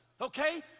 Okay